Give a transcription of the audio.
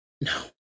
No